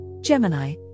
Gemini